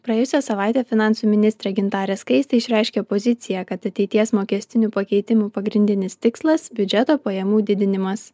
praėjusią savaitę finansų ministrė gintarė skaistė išreiškė poziciją kad ateities mokestinių pakeitimų pagrindinis tikslas biudžeto pajamų didinimas